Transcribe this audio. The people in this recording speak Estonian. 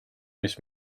mis